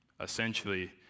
Essentially